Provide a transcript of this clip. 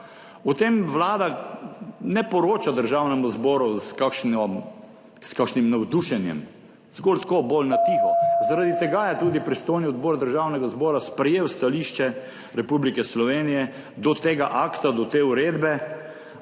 o tem Vlada ne poroča Državnemu zboru s kakšnim navdušenjem, zgolj tako, bolj na tiho, zaradi tega je tudi pristojni odbor Državnega zbora sprejel stališče Republike Slovenije do tega akta, do te uredbe,